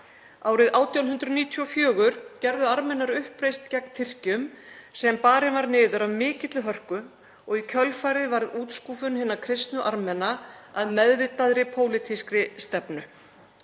Árið 1894 gerðu Armenar uppreisn gegn Tyrkjum sem barin var niður af mikilli hörku og í kjölfarið varð útskúfun hinna kristnu Armena að meðvitaðri pólitískri stefnu.